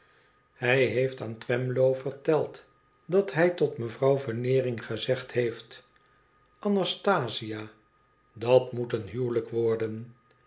hij heeft aan twemlow vertela dat hij tot mevrouw veneering gezegd heeft anastasia dat moet een huwelijk worden